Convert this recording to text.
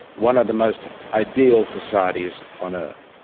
one of the most ideal societies on earth.